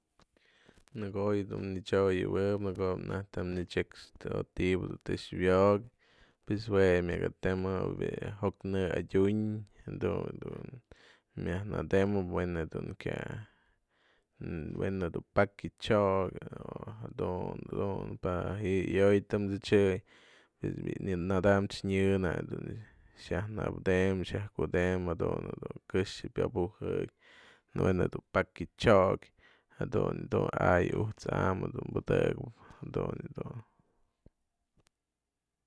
Në ko'o yë dun në t'syoyëwëp në ko'o naj të në chekxyë o ti'ibë tëx wyo'ok pues jue yë myak atemëp bi'i joknë'ë adyun jadun dun myaj nëdemëp we'en jedun kya, we'en jedun pakya chyokë o jadun dun pa ji'i ayo'oy tëm tsëdyëy bi'i nada'amchë nyë nak dun xa'aj natem xa'aj kutemp jadun dun këxë pyabujëk we'en jedu pakya chyokë jadun yë dun, a'ay ujt's am jadun pëdëkëp jadun yë dun.